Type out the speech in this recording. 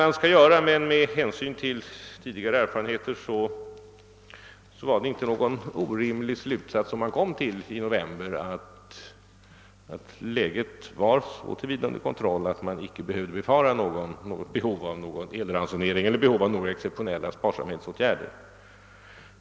Men med hänsyn till tidigare erfarenheter kom man till en slutsats som inte var orimlig i november, nämligen att läget så till vida var under kontroll att det inte behövdes elransonering eller några exceptionella sparsamhetsåtgärder.